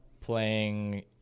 playing